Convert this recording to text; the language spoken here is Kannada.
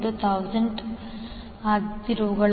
05 1000 ತಿರುವುಗಳು